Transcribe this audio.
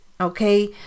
okay